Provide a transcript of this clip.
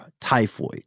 typhoid